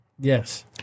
Yes